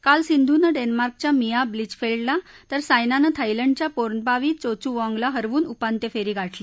काल सिंधूनं डेन्मार्कच्य मिया ब्लिचफेल्डला तर सायनानं थायलंडच्या पोर्नपावी चोचूवाँगला हरवून उपान्त्यपूर्व फेरी गाठली